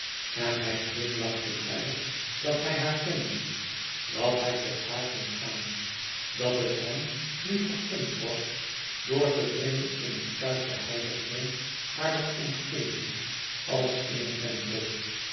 en hij glimlachte blij dat hij haar kende dat hij tot haar kon gaan dat het hem nu vergund was door te dringen in het kuische heiligdom harer omgeving als in een tempel